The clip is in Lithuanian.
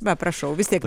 va prašau vis tiek